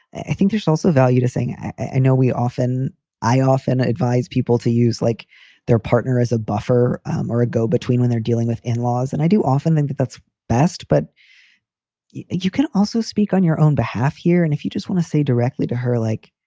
i think there's also value to saying i know we often i often advise people to use like their partner as a buffer or a go between when they're dealing with in-laws. and i do often think that that's best. but you can also speak on your own behalf here. and if you just want to say directly to her, like.